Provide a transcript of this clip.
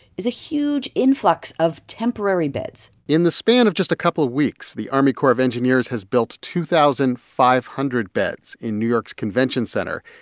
is a huge influx of temporary beds in the span of just a couple of weeks, the army corps of engineers has built two thousand five hundred beds in new york's convention center.